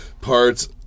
parts